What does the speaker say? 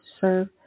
serve